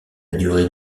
durée